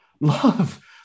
love